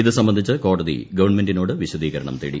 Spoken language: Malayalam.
ഇതു സംബന്ധിച്ച് കോടതി ഗവൺമെന്റിനോട് വിശദീകരണം തേടി